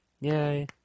Yay